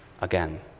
again